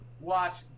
watch